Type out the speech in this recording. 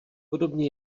podobně